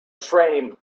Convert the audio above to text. train